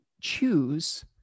choose